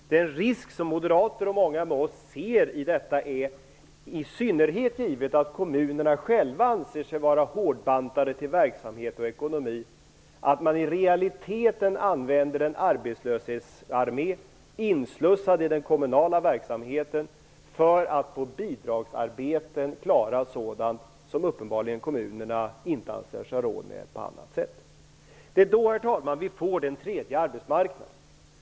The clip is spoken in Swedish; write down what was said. Den risk som Moderater och många med oss ser i detta, i synnerhet givet att kommunerna själva anser sig vara hårdbantade till verksamhet och ekonomi, är att man i realiteten använder en arbetslöshetsarmé, inslussad i den kommunala verksamheten, för att genom bidragsarbeten klara sådant som kommunerna uppenbarligen inte anser sig ha råd med på annat sätt. Det är då, herr talman, som vi får den tredje arbetsmarknaden.